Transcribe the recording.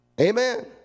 Amen